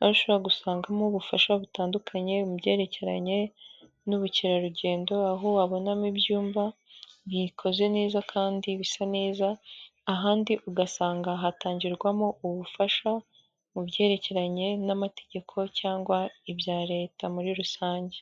aho ushobora gusangamo ubufasha butandukanye mu byerekeranye n'ubukerarugendo aho wabonamo ibyumba bikoze neza kandi bisa neza , ahandi ugasanga hatangirwamo ubufasha mu byerekeranye n'amategeko cyangwa ibya Leta muri rusange.